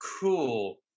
cool